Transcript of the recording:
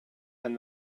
and